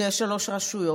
שיש שלוש רשויות,